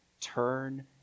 turn